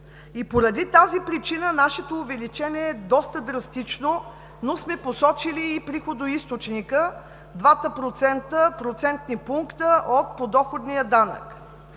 поради тази причина нашето увеличение е доста драстично, но сме посочили и приходоизточника – двата процентни пункта от подоходния данък.